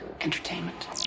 Entertainment